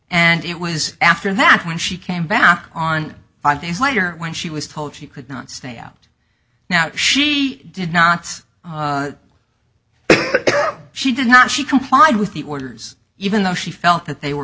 and it was after that when she came back on five days later when she was told she could not stay out now she did not she did not she complied with the orders even though she felt that they were